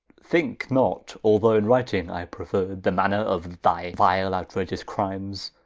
thinke not, although in writing i preferr'd the manner of thy vile outragious crymes,